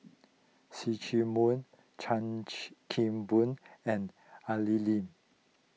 See Chak Mun Chan Kim Boon and Al Lim